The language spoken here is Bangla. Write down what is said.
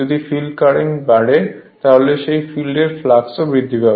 যদি ফিল্ড কারেন্ট বাড়ে তাহলে সেই ফিল্ডেও ফ্লাক্স বৃদ্ধি পাবে